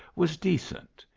was decent,